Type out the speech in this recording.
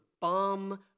bomb